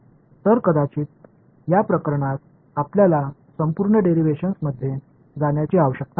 तर कदाचित या प्रकरणात आपल्याला संपूर्ण डेरीव्हेशन मध्ये जाण्याची आवश्यकता नाही